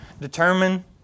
Determine